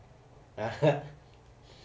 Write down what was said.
!huh!